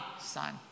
son